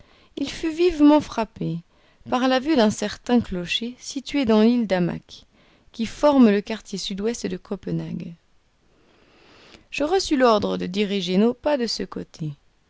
il fut vivement frappé par la vue d'un certain clocher situé dans l'île d'amak qui forme le quartier sud-ouest de copenhague je reçus l'ordre de diriger nos pas de ce côté